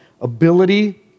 ability